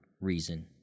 reason